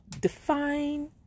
define